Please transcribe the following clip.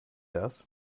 das